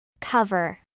Cover